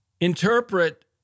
interpret